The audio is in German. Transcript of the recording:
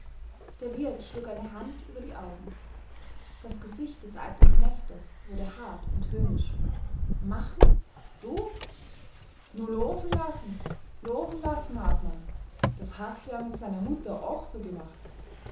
der wirt schlug eine hand über die augen das gesicht des alten knechtes wurde hart und höhnisch machen du nu loofen lassen loofen lassen hartmann das haste ja mit seiner mutter ooch so gemacht